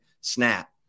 snap